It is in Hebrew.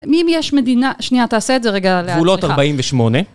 אם יש מדינה, שנייה, תעשה את זה רגע. גבולות 48.